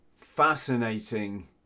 fascinating